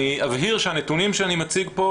אני אבהיר שהנתונים שאני מציג פה,